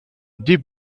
des